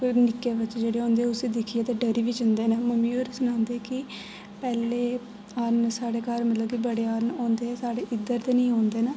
पर नि'क्के बच्चे जेह्डे़ होंदे न उसी दिक्खियै ते डरी बी जंदे न मम्मी होर सनांदे कि पैह्लें हरण साढ़े घर मतलब कि बड़े हरण आंदे हे साढ़े इद्धर ते निं औंदे न